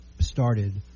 started